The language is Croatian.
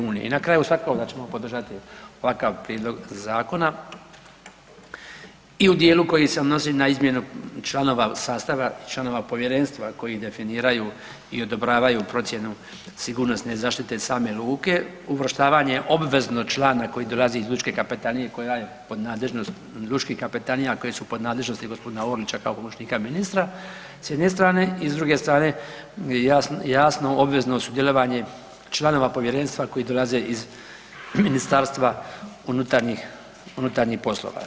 I na kraju svakako da ćemo podržati ovakav Prijedlog Zakona i u dijelu koji se odnosi na izmjenu članova sastava i članova Povjerenstva koji definiraju i odobravaju procjenu sigurnosne zaštite same luke, uvrštavanje obvezno člana koji dolazi iz Lučke Kapetanije koja je pod nadležnosti gospodina Orlića, kao pomoćnika ministra s jedne strane i s druge strane, jasno obvezno sudjelovanje članova Povjerenstva koji dolaze iz Ministarstva unutarnjih poslova.